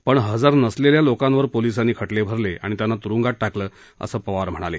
पण इजर नसलेल्या लोकांवर पोलिसांनी खटले भरले आणि त्यांना तुरूंगात टाकलं असं पवार म्हणाले